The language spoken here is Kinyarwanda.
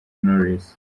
knowless